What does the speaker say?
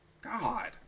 God